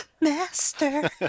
Master